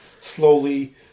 slowly